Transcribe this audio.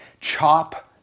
Chop